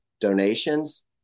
donations